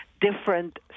different